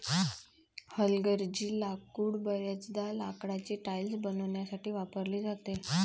हलगर्जी लाकूड बर्याचदा लाकडाची टाइल्स बनवण्यासाठी वापरली जाते